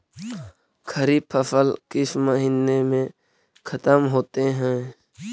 खरिफ फसल किस महीने में ख़त्म होते हैं?